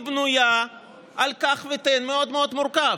היא בנויה על קח ותן מאוד מאוד מורכב.